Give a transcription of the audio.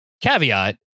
caveat